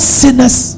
sinners